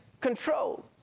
control